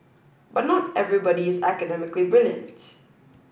but not everybody is academically brilliant